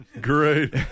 Great